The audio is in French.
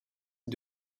web